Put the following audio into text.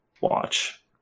watch